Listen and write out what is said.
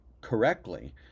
correctly